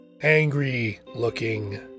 angry-looking